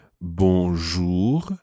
bonjour